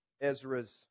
Ezra's